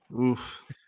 Oof